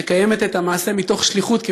מקיימת את המעשה מתוך שליחות,